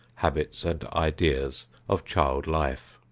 habits and ideas of child-life.